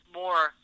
more